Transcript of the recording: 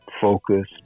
focus